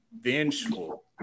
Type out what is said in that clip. vengeful